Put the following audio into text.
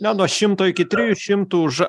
na nuo šimto iki trijų šimtų už